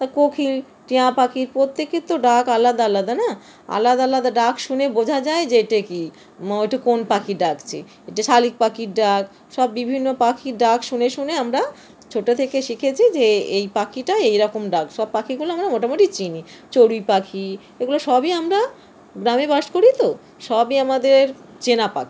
তো কোকিল টিয়া পাখি প্রত্যেকের তো ডাক আলাদা আলাদা না আলাদা আলাদা ডাক শুনে বোঝা যায় যে এটা কী ও ওইটা কোন পাখি ডাকছে এটা শালিক পাখির ডাক সব বিভিন্ন পাখির ডাক শুনে শুনে আমরা ছোট থেকে শিখেছি যে এই পাখিটা এইরকম ডাক সব পাখিগুলো আমরা মোটামুটি চিনি চড়ুই পাখি এগুলো সবই আমরা গ্রামে বাস করি তো সবই আমাদের চেনা পাখি